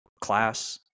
class